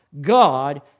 God